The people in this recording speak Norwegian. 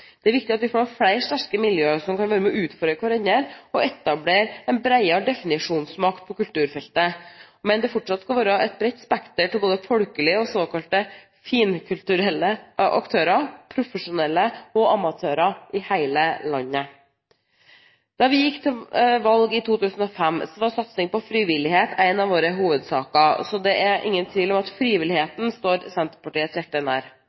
Det er viktig at vi får flere sterke miljø, som kan utfylle hverandre og etablere en bredere definisjonsmakt på kulturfeltet. Jeg mener det fortsatt skal være et bredt spekter av både folkelige og såkalte finkulturelle aktører, profesjonelle og amatører, i hele landet. Da vi gikk til valg i 2005, var satsing på frivillighet en av våre hovedsaker, så det er ingen tvil om at frivilligheten står Senterpartiets hjerte nær.